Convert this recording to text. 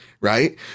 Right